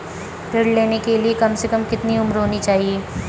ऋण लेने के लिए कम से कम कितनी उम्र होनी चाहिए?